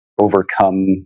overcome